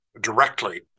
directly